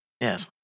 Yes